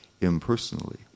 impersonally